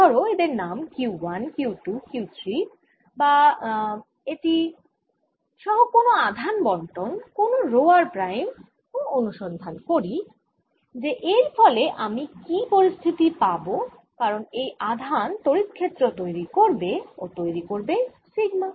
ধরো এদের নাম Q 1 Q 2 Q 3 বা এটি সহ কোনও আধান বন্টন কোনও রো r প্রাইম ও অনুসন্ধান করি যে এর ফলে আমি কি পরিস্থিতি পাবো কারণ এই আধান তড়িৎ ক্ষেত্র তৈরি করবে ও তৈরি করবে সিগমা